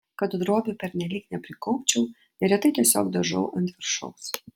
kad drobių pernelyg neprikaupčiau neretai tiesiog dažau ant viršaus